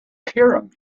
cairum